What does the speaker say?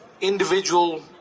individual